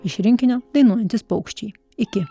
iš rinkinio dainuojantys paukščiai iki